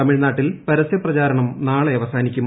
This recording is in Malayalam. തമിഴ്നാട്ടിൽ പരസ്യപ്രചാരണം നാളെ അവസാനിക്കും